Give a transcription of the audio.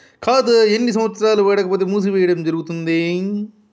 ఖాతా ఎన్ని సంవత్సరాలు వాడకపోతే మూసివేయడం జరుగుతుంది?